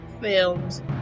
Films